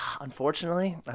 unfortunately